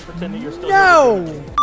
No